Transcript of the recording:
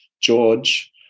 George